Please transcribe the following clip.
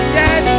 dead